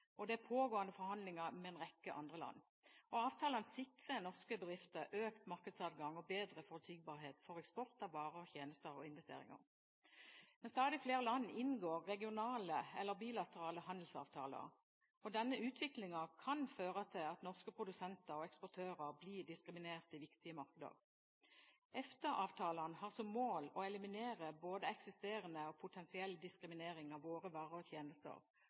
og det er pågående forhandlinger med en rekke andre land. Avtalene sikrer norske bedrifter økt markedsadgang og bedre forutsigbarhet for eksport av varer, tjenester og investeringer. Stadig flere land inngår regionale eller bilaterale handelsavtaler, og denne utviklingen kan føre til at norske produsenter og eksportører blir diskriminert i viktige markeder. EFTA-avtalene har som mål å eliminere både eksisterende og potensiell diskriminering av våre varer og tjenester